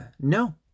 No